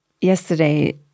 yesterday